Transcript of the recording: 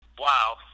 Wow